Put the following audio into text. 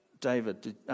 David